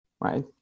right